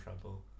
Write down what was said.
trouble